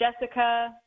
Jessica